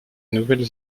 nouvelle